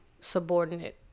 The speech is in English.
subordinate